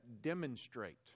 demonstrate